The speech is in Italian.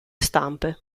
stampe